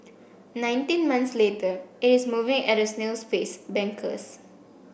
nineteen months later it is moving at a snail's pace bankers